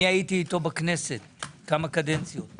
הייתי אתו בכנסת במשך כמה קדנציות.